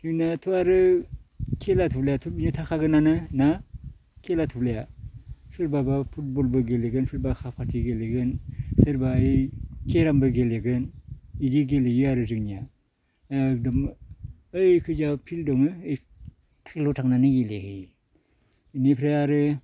जोंनाथ' आरो खेला धुलायाथ' बिदिनो थाखागोनानो ना खेला धुलाया सोरबाबा फुटबलबो गेलेगोन सोरबा काबाडि गेलेगोन सोरबा ओइ केरामबो गेलेगोन बिदि गेलेयो आरो जोंनिया एकदम ओइखिजा फिल्डआवनो बे फिल्डआव थांनानै गेलेहैयो बेनिफ्राय आरो